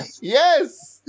yes